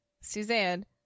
Suzanne